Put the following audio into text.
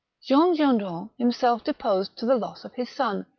jean gendron himself deposed to the loss of his son,